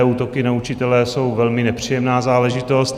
Útoky na učitele jsou velmi nepříjemná záležitost.